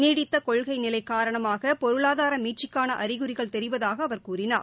நீடித்தகொள்கைநிலைகாரணமாகபொருளாதாரமீட்சிக்கானஅறிகுறிகள் தெரிவதாகஅவர் கூறினார்